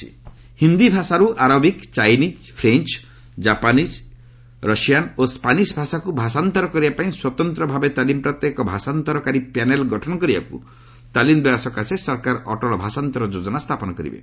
ଅଟଲ ଭାଷାନ୍ତର ଯୋଜନା ହିନ୍ଦୀ ଭାଷାରୁ Arabic Chinese French Japanese Russian ଓ ସ୍କାନିଶ ଭାଷାକୁ ଭାଷାନ୍ତର କରିବା ପାଇଁ ସ୍ୱତନ୍ତ୍ର ଭାବେ ତାଲିମ୍ପ୍ରାପ୍ତ ଏକ ଭାଷାନ୍ତରକାରୀ ପ୍ୟାନେଲ ଗଠନ କରିବାକୁ ତାଲିମ୍ ଦେବା ସକାଶେ ସରକାର ଅଟଳ ଭାଷାନ୍ତର ଯୋଜନା ସ୍ଥାପନ କରିବେ